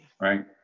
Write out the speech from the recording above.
right